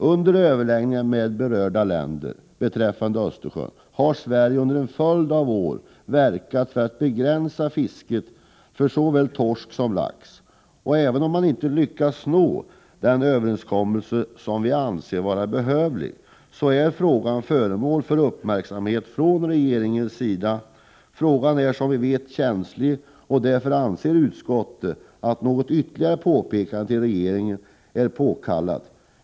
Under överläggningar med berörda länder beträffande Östersjön har Sverige under en följd av år verkat för att begränsa fisket av såväl torsk som lax. Man har inte lyckats nå den överenskommelse som vi anser vara behövlig, men frågan är föremål för uppmärksamhet från regeringens sida. Frågan är som vi vet känslig, och därför anser utskottet att något ytterligare påpekande till regeringen inte är påkallat.